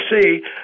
see